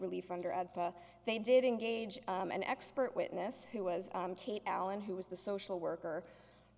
relief they did engage an expert witness who was kate allen who was the social worker